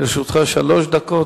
לרשותך שלוש דקות.